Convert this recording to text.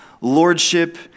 lordship